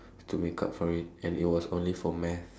to make up for it and it was only for maths